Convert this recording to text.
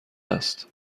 است